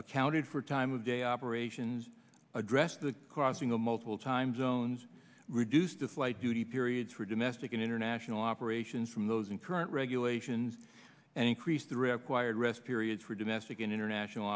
accounted for time of day operations address the crossing the multiple time zones reduced to flight duty periods for domestic and international operations from those in current regulations and increased the required rest periods for domestic and international